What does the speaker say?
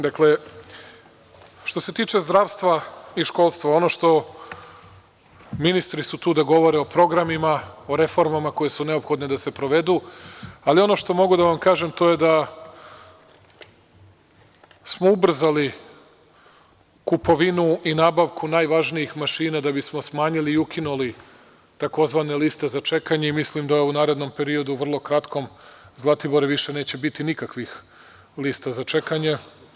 Dakle, što se tiče zdravstva i školstva, ono što, ministri su tu da govore o programima o reformama koje su neophodne da se provedu, ali ono što mogu da vam kažem to je da smo ubrzali kupovinu i nabavku najvažnijih mašina da bismo smanjili i ukinuli tzv. liste za čekanje i mislim da u narednom periodu vrlo kratkom, Zlatibore više neće biti nikakvih lista za čekanja.